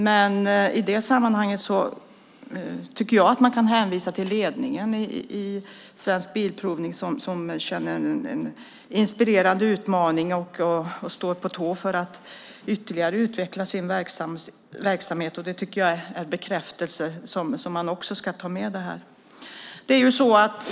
Här kan man dock hänvisa till ledningen för Svensk Bilprovning som ser det som en inspirerande utmaning och står på tå för att ytterligare utveckla sin verksamhet. Det är en bekräftelse som man ska ta med i detta.